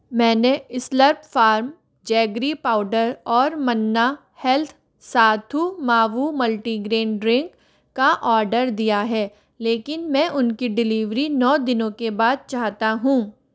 मैंने Slurrp farm jaggery powder और Manna health Sathu Maavu multigrain drink का आर्डर दिया है लेकिन मैं उनकी डिलीवरी नौ दिनों के बाद चाहता हूँ